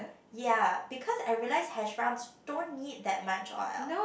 ya because I realise hash browns don't need that much oil